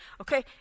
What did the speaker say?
Okay